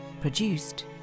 produced